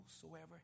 whosoever